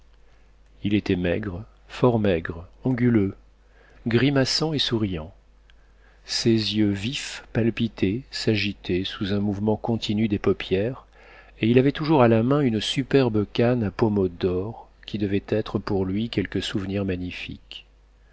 il était maigre fort maigre anguleux grimaçant et souriant ses yeux vifs palpitaient s'agitaient sous un mouvement continu des paupières et il avait toujours à la main une superbe canne à pommeau d'or qui devait être pour lui quelque souvenir magnifique